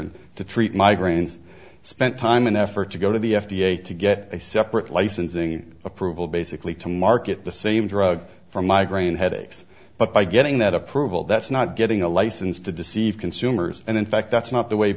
excedrin to treat migraines spent time and effort to go to the f d a to get a separate licensing approval basically to market the same drug for migraine headaches but by getting that approval that's not getting a license to deceive consumers and in fact that's not the way